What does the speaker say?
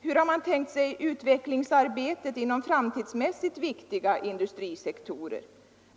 Hur har man tänkt sig utvecklingsarbetet inom framtidsmässigt viktiga industrisektorer?